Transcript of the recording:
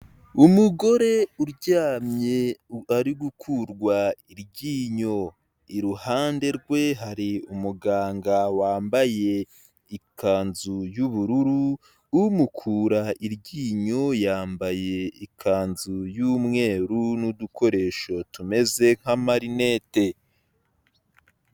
Umugore uryamye ari gukurwa iryinyo, iruhande rwe hari umuganga wambaye ikanzu y'ubururu, umukura iryinyo yambaye ikanzu y'umweru n'udukoresho tumeze nk'amarinete.